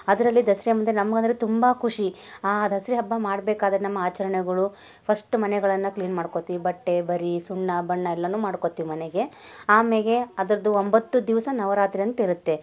ಅದರಲ್ಲಿ ದಸ್ರಾ ಅಂದರೆ ನಮ್ಗೆ ಅಂದರೆ ತುಂಬ ಖುಷಿ ಆ ದಸ್ರಾ ಹಬ್ಬ ಮಾಡಬೇಕಾದ್ರೆ ನಮ್ಮ ಆಚರಣೆಗಳು ಫಸ್ಟ್ ಮನೆಗಳನ್ನು ಕ್ಲೀನ್ ಮಾಡ್ಕೊತೀವಿ ಬಟ್ಟೆ ಬರೆ ಸುಣ್ಣ ಬಣ್ಣ ಎಲ್ಲನೂ ಮಾಡ್ಕೊತೀವಿ ಮನೆಗೆ ಆಮೇಲೆ ಅದರದು ಒಂಬತ್ತು ದಿವಸ ನವರಾತ್ರಿ ಅಂತ ಇರುತ್ತೆ